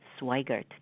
Swigert